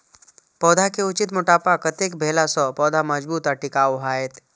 पौधा के उचित मोटापा कतेक भेला सौं पौधा मजबूत आर टिकाऊ हाएत?